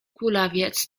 kulawiec